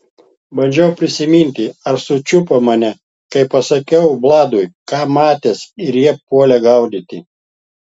bandžiau prisiminti ar sučiupo mane kai pasakiau vladui ką matęs ir jie puolė gaudyti